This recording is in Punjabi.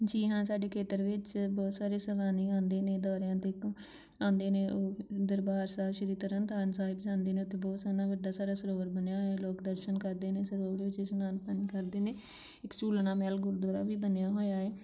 ਜੀ ਹਾਂ ਸਾਡੇ ਖੇਤਰ ਵਿੱਚ ਬਹੁਤ ਸਾਰੇ ਸੈਲਾਨੀ ਆਉਂਦੇ ਨੇ ਦੌਰਿਆਂ 'ਤੇ ਘੁ ਆਉਂਦੇ ਨੇ ਉਹ ਦਰਬਾਰ ਸਾਹਿਬ ਸ਼੍ਰੀ ਤਰਨ ਤਾਰਨ ਸਾਹਿਬ ਜਾਂਦੇ ਨੇ ਉੱਥੇ ਬਹੁਤ ਸੋਹਣਾ ਵੱਡਾ ਸਾਰਾ ਸਰੋਵਰ ਬਣਿਆ ਹੋਇਆ ਲੋਕ ਦਰਸ਼ਨ ਕਰਦੇ ਨੇ ਸਰੋਵਰ ਵਿੱਚ ਇਸ਼ਨਾਨ ਪਾਣੀ ਕਰਦੇ ਨੇ ਇੱਕ ਝੂਲਣਾ ਮਹਿਲ ਗੁਰਦੁਆਰਾ ਵੀ ਬਣਿਆ ਹੋਇਆ ਹੈ